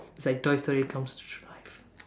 is like toy story comes to live